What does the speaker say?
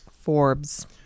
Forbes